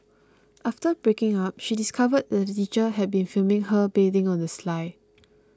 after breaking up she discovered that the teacher had been filming her bathing on the sly